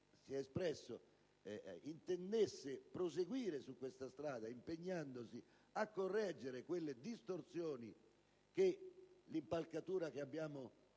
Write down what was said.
ha annunciato, intenderà proseguire su questa strada, impegnandosi a correggere le distorsioni che l'impalcatura che abbiamo di